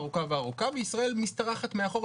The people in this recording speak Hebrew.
וישראל משתרכת מאחור,